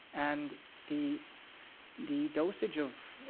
and the the dosage of